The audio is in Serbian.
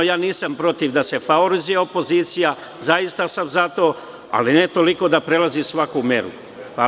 Nisam protiv da se favorizuje opozicija, zaista sam za to, ali ne toliko da prelazi svaku meru.